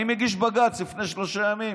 אני מגיש בג"ץ לפני שלושה ימים.